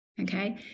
Okay